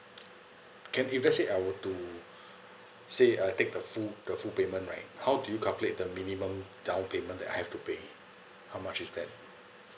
can if let's say I were to say I take the full the full payment right how do you calculate the minimum down payment that I have to pay how much is that